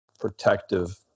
protective